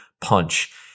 punch